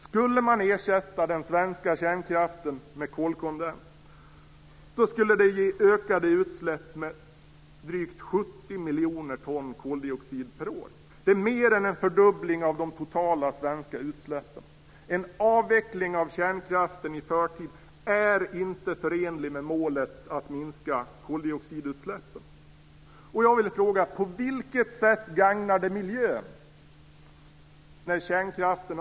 Skulle man ersätta den svenska kärnkraften med kolkondens skulle det ge ökade utsläpp med drygt 70 miljoner ton koldioxid per år. Det är mer än en fördubbling av de totala svenska utsläppen. En avveckling av kärnkraften i förtid är inte förenlig med målet att minska koldioxidutsläppen.